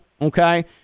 Okay